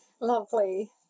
lovely